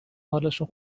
حالشون